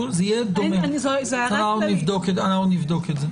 -- נבדוק את זה.